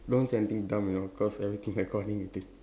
don't say anything dumb you know cause everything recording already